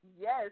Yes